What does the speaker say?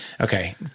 Okay